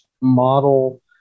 model